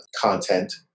content